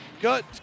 good